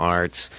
arts